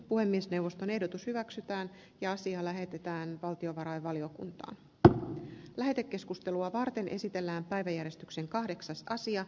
paremmin se syntyy avoimella maaperällä kuin semmoisessa missä on kuitenkin vielä kohtuullista metsää olemassa